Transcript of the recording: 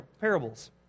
parables